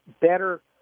better